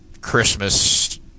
Christmas